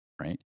Right